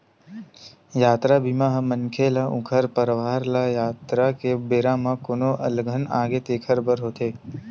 यातरा बीमा ह मनखे ल ऊखर परवार ल यातरा के बेरा म कोनो अलगन आगे तेखर बर होथे